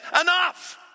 enough